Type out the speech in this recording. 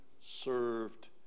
served